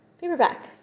paperback